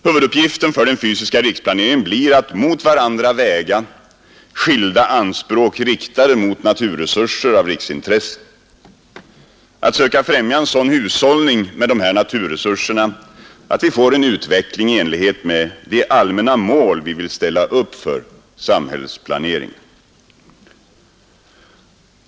Huvuduppgiften för den fysiska riksplaneringen blir att mot varandra väga skilda anspråk, riktade mot naturresurser av riksintresse, för att söka främja en sådan hushållning med naturresurserna att vi får en utveckling i enlighet med de allmänna mål vi vill ställa upp för samhällsplaneringen.